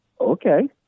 okay